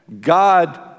God